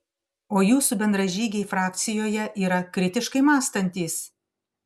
o jūsų bendražygiai frakcijoje yra kritiškai mąstantys